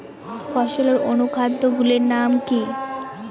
ফসলের অনুখাদ্য গুলির নাম কি?